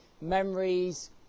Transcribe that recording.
memories